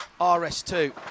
RS2